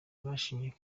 bashimye